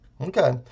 Okay